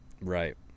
right